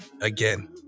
Again